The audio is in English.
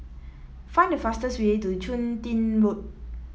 find the fastest way to Chun Tin Road